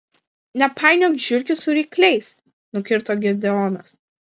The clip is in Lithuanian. nepainiok žiurkių su rykliais nukirto gideonas